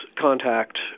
contact